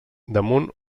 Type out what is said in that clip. damunt